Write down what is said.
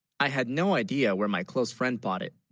i had no idea where my close friend, bought it